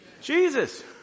Jesus